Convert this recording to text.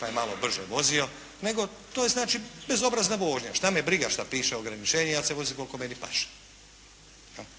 pa je malo brže vozio nego to je znači bezobrazna vožnja, šta me briga šta piše ograničenje, ja se vozim koliko meni paše.